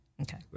Okay